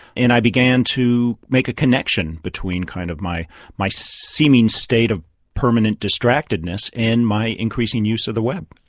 and i began to make a connection between kind of my my seeming state of permanent distractedness and my increasing use of the web.